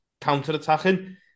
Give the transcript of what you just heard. counter-attacking